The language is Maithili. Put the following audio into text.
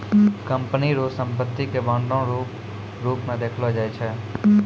कंपनी रो संपत्ति के बांडो रो रूप मे देखलो जाय छै